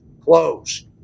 close